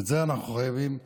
ואת זה אנחנו חייבים לומר,